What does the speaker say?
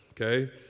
okay